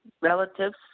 relatives